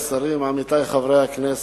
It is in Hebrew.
עמיתי חברי הכנסת,